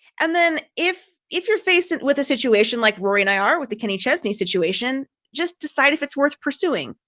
and then if if you're faced with a situation like rory and i are with the kenny chesney situation, just decide if it's worth pursuing.